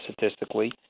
statistically